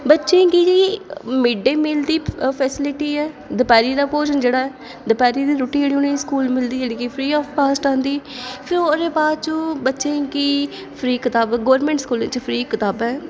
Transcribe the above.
बच्चें गी जेह्ड़ी मिड डे मील दी फैस्लिटी ऐ दपैह्री दा भोजन जेह्ड़ा ऐ दपैह्रीं दी रुट्टी जेह्ड़ी उ'नेंगी स्कूल मिलदी ओह् फ्री आफ कास्ट आंदी फ्ही ओह्दे बाद बच्चें गी फ्री कताबां गोरमैंट स्कूलें च फ्री कताबां ऐ